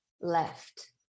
left